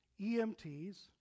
EMTs